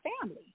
family